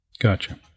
Gotcha